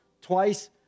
twice